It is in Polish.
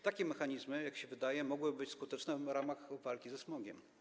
Takie mechanizmy, jak się wydaje, mogłyby być skuteczne w ramach walki ze smogiem.